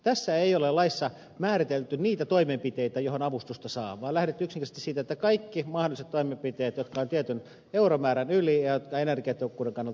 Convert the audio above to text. tässä laissa ei ole määritelty niitä toimenpiteitä joihin avustusta saa vaan on lähdetty yksinkertaisesti siitä että kaikkiin mahdollisiin toimenpiteisiin jotka ovat tietyn euromäärän yli ja jotka ovat energiatehokkuuden kannalta perusteltuja